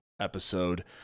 episode